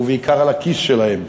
ובעיקר על הכיס שלהם,